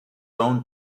own